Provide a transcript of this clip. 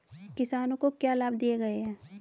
किसानों को क्या लाभ दिए गए हैं?